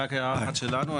רק הערה אחת שלנו.